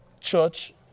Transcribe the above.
church